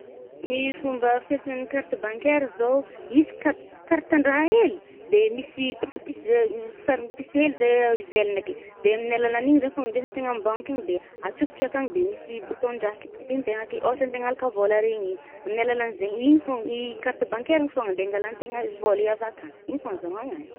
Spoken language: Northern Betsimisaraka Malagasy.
Ny fomba fiasan’ny carte bancaire zaho, izy cat-carte-ndraha hely i de misy puce-puce zay sarin’ny puce hely zay ivelany ake. De aminy alalan’igny zay fôgna ndesan-tegna amy banky agny de atsofotry akàgny de misy bouton-ndraha kitikitîgna tegna ake. Ôhatra antegna alàka vôla regny. Aminy alalan’ny zay- igny fô i carte bancaire igny fô ande angàlantegna vôla i avakàgny, igny fô azaoàgna azy.